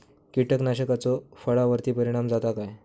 कीटकनाशकाचो फळावर्ती परिणाम जाता काय?